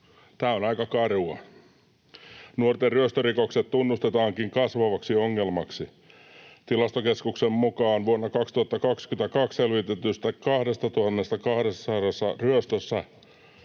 Tämä on aika karua. Nuorten ryöstörikokset tunnustetaankin kasvavaksi ongelmaksi. Tilastokeskuksen mukaan vuonna 2022 selvitetyissä 2 200 ryöstössä